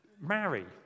marry